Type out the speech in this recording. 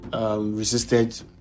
Resisted